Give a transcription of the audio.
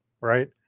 right